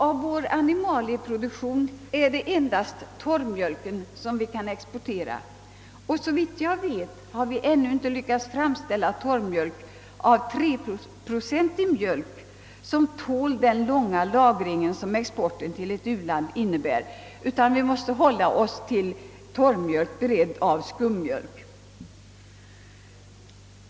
Av vår animalieproduktion är det endast torrmjölken, som vi kan exportera, och såvitt jag vet har vi ännu inte lyckats att av mjölk med 3 procents fetthalt framställa torrmjölk, som tål den långa lagringstid exporten till ett u-land medför. Vi måste i stället hålla oss till torrmjölk som beretts av skummjölk.